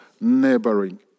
neighboring